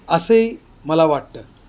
असेही मला वाटतं